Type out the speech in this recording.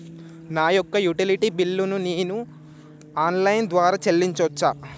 నా యొక్క utility bill ను నేను ఆన్ లైన్ ద్వారా చెల్లించొచ్చా?